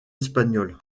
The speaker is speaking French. espagnole